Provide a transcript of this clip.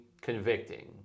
convicting